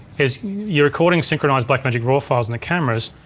is your recording synchronizes blackmagic raw files in the cameras.